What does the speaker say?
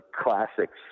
classics